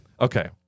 Okay